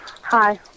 Hi